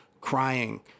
crying